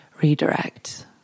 redirect